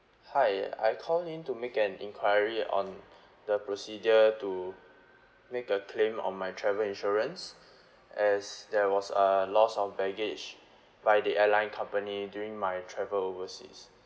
hi I call in to make an inquiry on the procedure to make a claim on my travel insurance as there was a loss of baggage by the airline company during my travel overseas